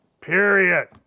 period